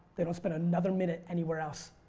they don't spend another minute anywhere else.